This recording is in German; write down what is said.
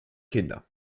kinder